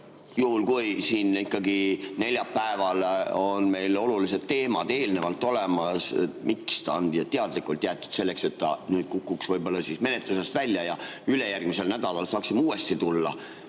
Juhul kui siin ikkagi neljapäeval on meil olulised teemad eelnevalt olemas, miks ta on teadlikult jäetud viimaseks? [Kas selleks,] et ta nüüd kukuks menetlusest välja ja ülejärgmisel nädalal saaksime uuesti [selle